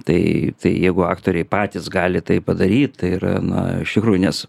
tai tai jeigu aktoriai patys gali tai padaryt tai yra na iš tikrųjų nes